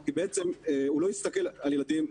כי בעצם הוא לא הסתכל על ילדים.